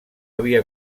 havia